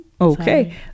okay